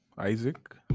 Isaac